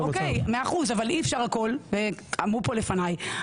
100% אבל אי אפשר הכל ואמרו פה לפניי,